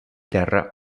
terra